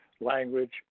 language